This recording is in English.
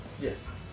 Yes